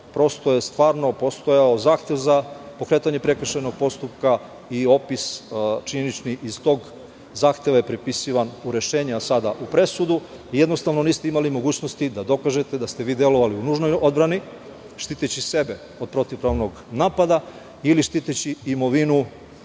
prosto je stvarno postojao zahtev za pokretanje prekršajnog postupka, i opis činjenični iz tog zahteva je pripisivan u rešenja, a sada u presudu. Jednostavno niste imali mogućnosti da dokažete da ste vi delovali u nužnoj odbrani, štiteći sebe od protivpravnog napada ili štiteći imovinu